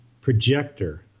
projector